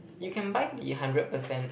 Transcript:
you can buy the hundred percent